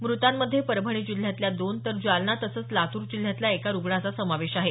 मृतांमध्ये परभणी जिल्ह्यातल्या दोन तर जालना तसंच लातूर जिल्ह्यातल्या एका रुग्णाचा समावेश आहे